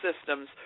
systems